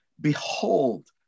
behold